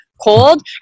cold